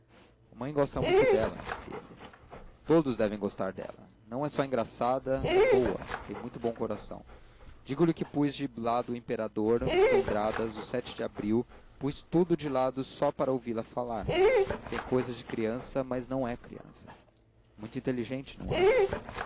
engraçada mamãe gosta muito dela disse ele todos devam gostar dela não é só engraçada é boa tem muito bom coração digo-lhe que pus de lado o imperador os andradas os sete de abril pus tudo de lado para ouvi-la falar tem cousas de criança mas não é criança muito inteligente não acha